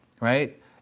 right